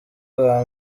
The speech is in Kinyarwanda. bwa